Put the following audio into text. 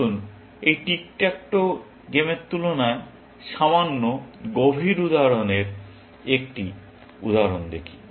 আসুন এই tic tac toe গেমের তুলনায় সামান্য গভীর উদাহরণের একটি উদাহরণ দেখি